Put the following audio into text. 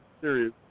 serious